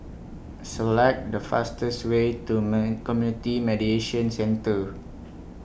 Select The fastest Way to men Community Mediation Centre